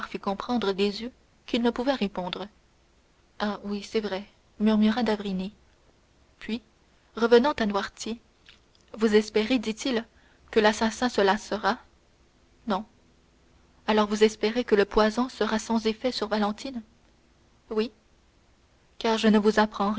comprendre des yeux qu'il ne pouvait répondre ah oui c'est vrai murmura d'avrigny puis revenant à noirtier vous espérez dit-il que l'assassin se lassera non alors vous espérez que le poison sera sans effet sur valentine oui car je ne vous apprends